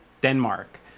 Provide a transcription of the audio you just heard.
Denmark